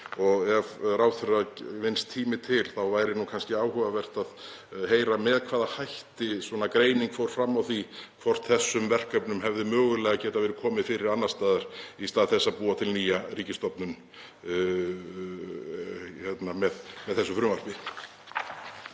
Og ef ráðherra vinnst tími til væri kannski áhugavert að heyra með hvaða hætti greining fór fram á því hvort þessum verkefnum hefði mögulega getað verið komið fyrir annars staðar í stað þess að búa til nýja ríkisstofnun með þessu frumvarpi.